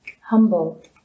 humble